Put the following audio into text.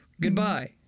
Goodbye